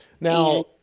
Now